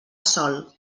sol